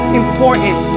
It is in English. important